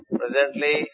presently